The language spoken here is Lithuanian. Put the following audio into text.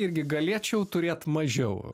irgi galėčiau turėt mažiau